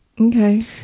Okay